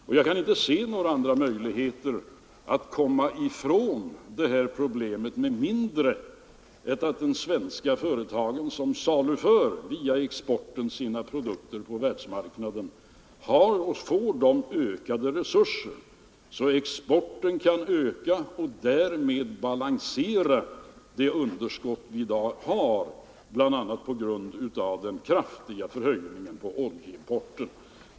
Och jag kan inte se några andra möjligheter att komma ifrån detta problem än att de svenska företag som via exporten saluför sina produkter på världsmarknaden får sådana ökade resurser att exporten kan öka och därmed balansera det underskott som vi i dag har, bl.a. på grund av den kraftiga höjningen av oljepriserna.